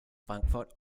frankfurt